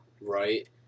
right